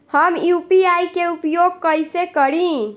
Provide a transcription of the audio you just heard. हम यू.पी.आई के उपयोग कइसे करी?